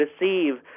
receive